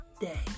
day